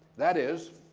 that is,